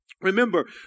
Remember